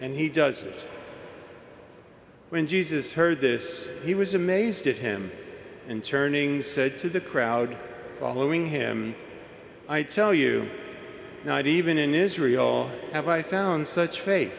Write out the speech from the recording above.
and he does it when jesus heard this he was amazed at him and turning said to the crowd following him i tell you now even in israel have i found such fa